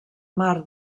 mar